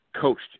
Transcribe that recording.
coached